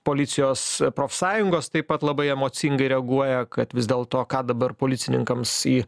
policijos profsąjungos taip pat labai emocingai reaguoja kad vis dėl to ką dabar policininkams į